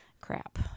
crap